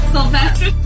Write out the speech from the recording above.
Sylvester